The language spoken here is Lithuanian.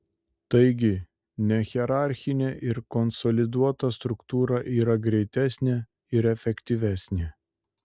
taigi nehierarchinė ir konsoliduota struktūra yra greitesnė ir efektyvesnė